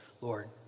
Lord